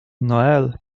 noel